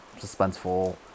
suspenseful